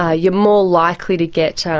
ah you're more likely to get